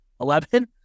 Eleven